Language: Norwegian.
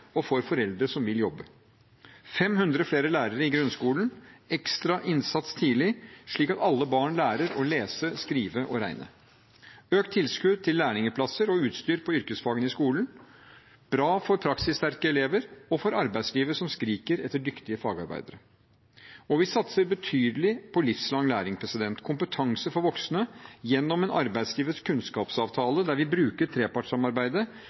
og for foreldre som vil jobbe. 500 flere lærere i grunnskolen gir ekstra innsats tidlig, slik at alle barn lærer å lese, skrive og regne. Økt tilskudd til lærlingplasser og utstyr til yrkesfagene i skolen er bra for praksissterke elever og for arbeidslivet, som skriker etter dyktige fagarbeidere. Vi satser betydelig på livslang læring – kompetanse for voksne – gjennom en arbeidslivets kunnskapsavtale, der vi bruker trepartssamarbeidet